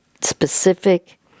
specific